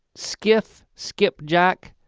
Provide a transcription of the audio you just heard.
skiff, skipjack,